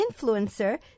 influencer